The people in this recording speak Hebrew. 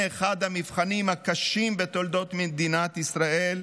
אחד המבחנים הקשים בתולדות מדינת ישראל,